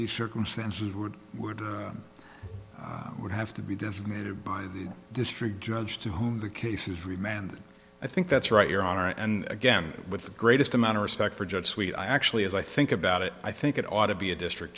these circumstances would would would have to be designated by the district judge to whom the case is remand i think that's right your honor and again with the greatest amount of respect for judge suite i actually as i think about it i think it ought to be a district